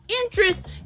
interest